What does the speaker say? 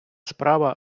справа